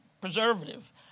preservative